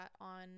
on